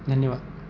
धन्यवाद